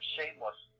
Shameless